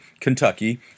Kentucky